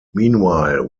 meanwhile